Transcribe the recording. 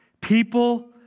people